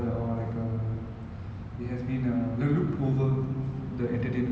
but having said that I hope the coming year twenty twenty one can bring about